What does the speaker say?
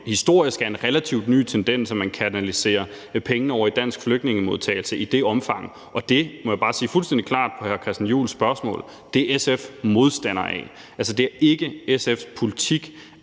historisk er en relativt ny tendens, at man kanaliserer penge over i dansk flygtningemodtagelse i det omfang, og der må jeg bare sige fuldstændig klart til hr. Christian Juhls spørgsmål: Det er SF modstander af. Altså, det er ikke SF's politik,